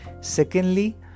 secondly